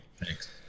Thanks